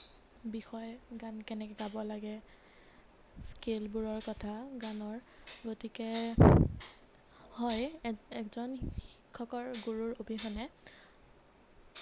বিষয়ে গান কেনেকৈ গাব লাগে স্কেলবোৰৰ কথা গানৰ গতিকে হয় এ এজন শিক্ষকৰ গুৰুৰ অবিহনে